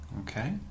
Okay